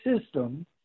system